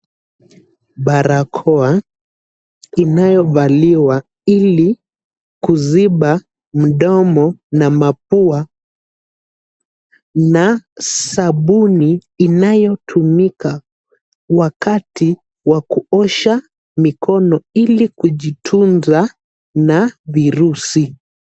Barakoa inayovaliwa ili kuziba mdomo na mapua. Na sabuni inayotumika wakati wa kuosha mikono ili kujitunza na virusi.